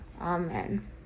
Amen